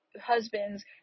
husbands